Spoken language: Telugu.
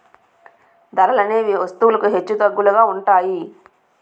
ధరలనేవి వస్తువులకు హెచ్చుతగ్గులుగా ఉంటాయి